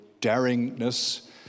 daringness